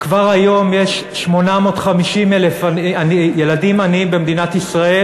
כבר היום יש 850,000 ילדים עניים במדינת ישראל.